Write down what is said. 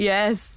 Yes